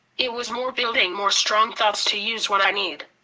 it was more building more strong thoughts to use when i need.